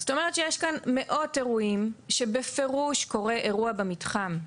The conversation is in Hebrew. זאת אומרת שיש כאן מאות אירועים שבפירוש קורה אירוע במתחם.